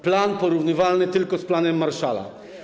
Plan porównywalny tylko z planem Marshalla.